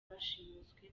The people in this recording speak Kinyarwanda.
bashimuswe